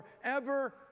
forever